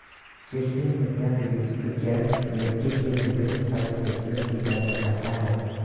कृषि मृदा विज्ञान मिट्टी के विभिन्न परिस्थितियों की जांच करता है